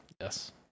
Yes